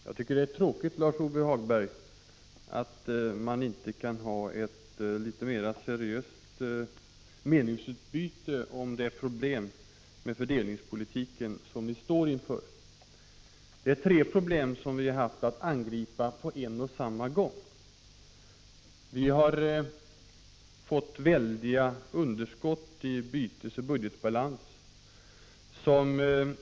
Fru talman! Jag tycker det är tråkigt, Lars-Ove Hagberg, att vi inte kan ha ett mera seriöst meningsutbyte om de problem med fördelningspolitiken som vi står inför. Det är tre problem som vi har haft att angripa på en och samma gång. Vi har först och främst fått stora underskott i bytesbalansen och budgetbalansen.